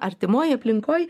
artimoj aplinkoj